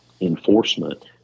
enforcement